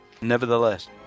Nevertheless